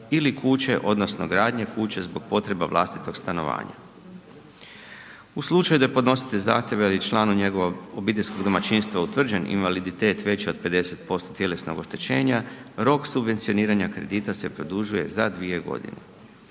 ili kuće odnosno gradnje kuće zbog potrebe vlastitog stanovanja. U slučaju da je podnositelj zahtjeva ili članu njegovog obiteljskog domaćinstva utvrđen invaliditet veći od 50% tjelesnog oštećenja, rok subvencioniranja kredita se produžuju za dvije godine.